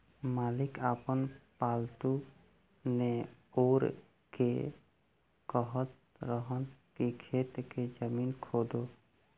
मालिक आपन पालतु नेओर के कहत रहन की खेत के जमीन खोदो